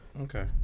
okay